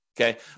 Okay